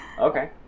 Okay